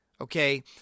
Okay